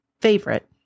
favorite